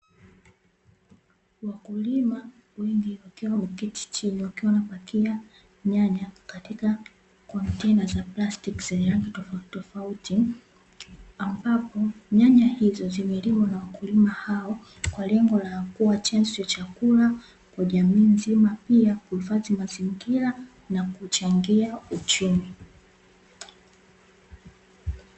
Wakulima wengi wakiwa wameketi chini wakiwa wanapakia nyanya katika kontena za plastiki zenye rangi tofauti tofauti, ambapo nyanya hizo zimelimwa na wakulima hao kwa lengo la kuwa chanzo cha chakula kwa jamii nzima, pia huifadhi mazingira na kuchangia uchumi.